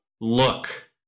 Look